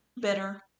Bitter